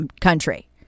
country